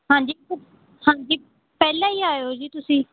ਹਾਂਜੀ ਹਾਂਜੀ ਪਹਿਲਾਂ ਹੀ ਆਇਓ ਜੀ ਤੁਸੀਂ